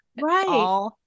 right